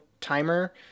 timer